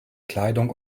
kleidung